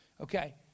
Okay